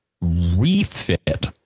refit